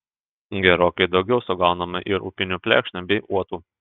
gerokai daugiau sugaunama ir upinių plekšnių bei uotų